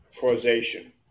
causation